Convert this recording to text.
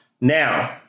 Now